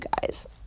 guys